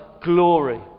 glory